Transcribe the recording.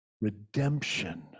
redemption